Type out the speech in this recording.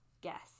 guess